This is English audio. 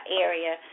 area